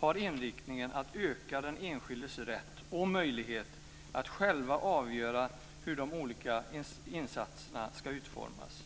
har inriktningen att öka den enskildes rätt och möjlighet att själv avgöra hur de olika insatserna ska utformas.